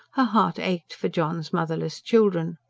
her heart ached for john's motherless children.